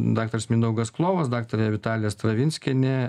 daktaras mindaugas klovas daktarė vitalija stravinskienė